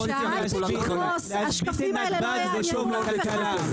כשההייטק יקרוס השקפים האלה לא יעניינו אף אחד.